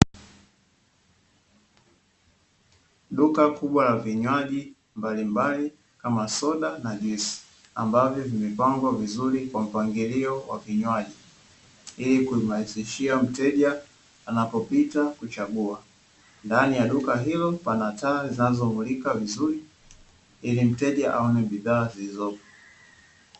Duka kubwa la vinywaji mbalimbali kama: soda na juisi, ambavyo vimepangwa vizuri kwa mpangilio wa vinywaji, ili kumrahisishia mteja anapopita kuchagua; ndani ya duka hilo pana taa zinazomulika vizuri ili mteja aone bidhaa zilizopo.